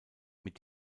mit